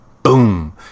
Boom